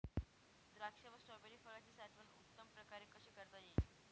द्राक्ष व स्ट्रॉबेरी फळाची साठवण उत्तम प्रकारे कशी करता येईल?